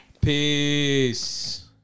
Peace